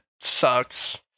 sucks